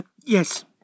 Yes